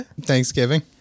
Thanksgiving